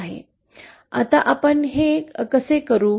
आता आपण ते कसे करू